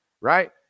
right